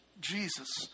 Jesus